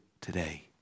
today